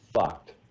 fucked